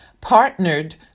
partnered